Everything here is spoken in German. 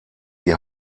die